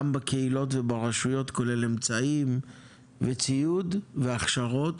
גם בקהילות וברשויות כולל אמצעים וציוד והכשרות,